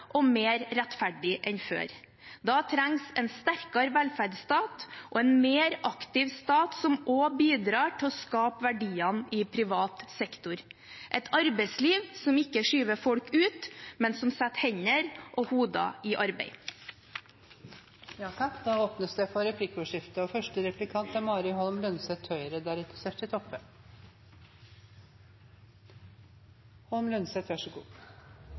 og mer rettferdig enn før. Da trengs en sterkere velferdsstat og en mer aktiv stat som også bidrar til å skape verdiene i privat sektor – et arbeidsliv som ikke skyver folk ut, men som setter hender og hoder i arbeid. Det blir replikkordskifte. Å fjerne fritt behandlingsvalg, som Kjerkol her tar til orde for,